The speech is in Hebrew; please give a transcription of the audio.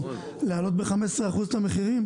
להעלות ב-15 אחוז את המחירים,